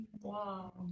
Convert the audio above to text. Wow